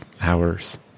hours